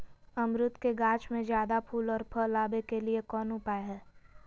अमरूद के गाछ में ज्यादा फुल और फल आबे के लिए कौन उपाय है?